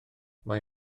mae